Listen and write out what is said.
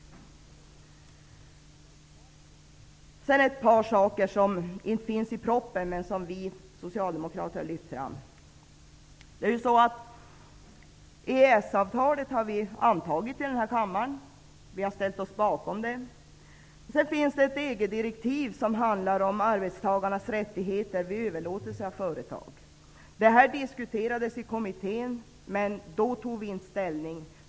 Så litet om ett par saker som inte tas upp i propositionen men som vi socialdemokrater har lyft fram. EES-avtalet är ju antaget i denna kammare. Vi har ställt oss bakom detta avtal. Det finns också ett EG-direktiv som handlar om arbetstagarnas rättigheter vid överlåtelse av företag. Detta diskuterades i kommittén. Men då tog vi inte ställning.